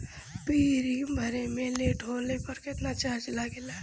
Premium भरे मे late होला पर केतना चार्ज लागेला?